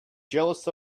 jealous